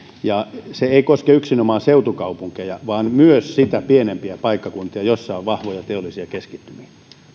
se ei koske yksinomaan seutukaupunkeja vaan myös niitä pienempiä paikkakuntia joissa on vahvoja teollisia keskittymiä